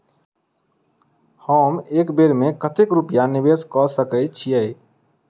हम एक बेर मे कतेक रूपया निवेश कऽ सकैत छीयै?